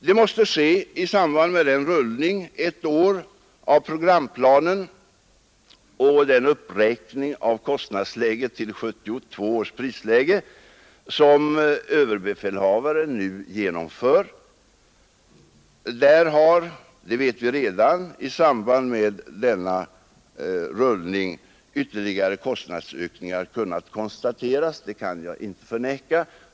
Det måste ske i samband med den rullning av programplanen för ett år och den uppräkning av kostnadsläget till 1972 års prisläge som överbefälhavaren nu genomför. I samband med denna rullning har ytterligare kostnadsökningar räknats fram. Det vill jag inte förneka.